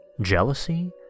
jealousy